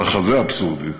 מחזה אבסורדי,